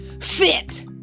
fit